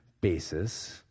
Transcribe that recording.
basis